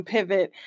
Pivot